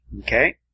Okay